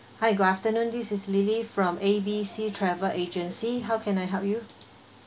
hi good afternoon this is lily from A B C travel agency how can I help you